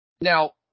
Now